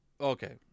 Okay